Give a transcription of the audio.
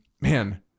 man